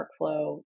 workflow